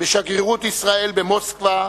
בשגרירות ישראל במוסקבה,